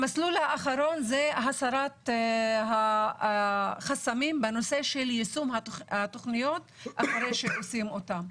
המסלול האחרון זה הסרת החסמים בנושא של יישום התכניות אחרי שעושים אותן.